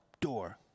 door